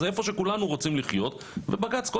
זה איפה שכולנו רוצים לחיות ובג"צ כל